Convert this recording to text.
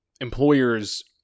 employers